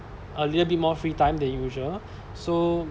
a little bit more free time than usual so